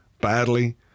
Badly